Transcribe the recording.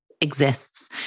exists